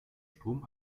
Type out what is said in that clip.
strom